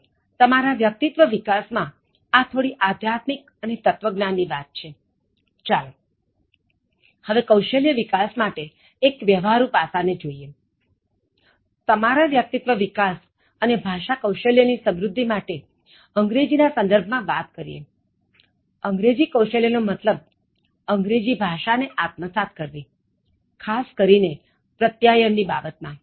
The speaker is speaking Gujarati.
હવે તમારા વ્યક્તિત્વ વિકાસ માં આ થોડી આધ્યાત્મિક અને તત્વજ્ઞાનની વાત છે ચાલો હવે કૌશલ્ય વિકાસ માટે એક વ્યવહારુ પાસા ને જોઈએ તમારા વ્યક્તિત્વ વિકાસ અને ભાષા કૌશલ્ય ની સમૃદ્ધિ માટે અંગ્રેજી ના સંદર્ભમાં વાત કરીએ અંગ્રેજી કૌશલ્ય નો મતલબ અંગ્રેજી ભાષા ને આત્મસાત્ કરવી ખાસ કરીને પ્રત્યાયન ની બાબતમાં